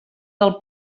del